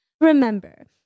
Remember